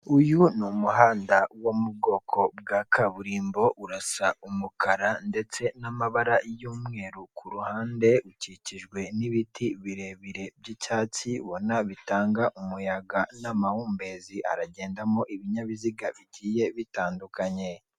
Uyu ni umuhanda wo mu bwoko bwa kaburimbo urasa umukara ndetse n'amabara y'umweru ku ruhande, ukikijwe n'ibiti birebire by'icyatsi ubona bitanga umuyaga n'amahumbezi, haragendamo ibinyabiziga bigiye bitandukanye.